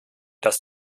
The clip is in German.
dass